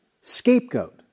Scapegoat